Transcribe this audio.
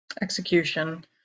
execution